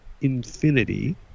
infinity